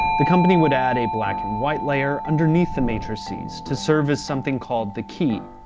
the company would add a black and white layer underneath the matrices to serve as something called the key.